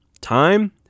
time